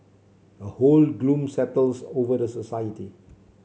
a whole gloom settles over the society